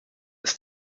ist